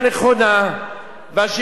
והשיקול שלו היה ענייני,